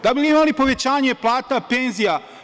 Da li bi imali povećanje plata, penzija?